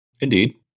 indeed